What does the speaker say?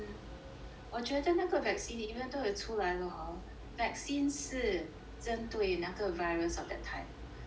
我觉得那个 vaccine even though 出来了 hor vaccine 是针对那个 virus of that time so